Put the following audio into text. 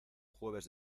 jueves